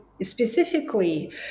specifically